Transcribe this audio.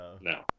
no